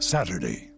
Saturday